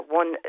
one